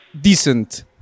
decent